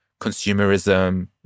consumerism